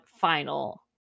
final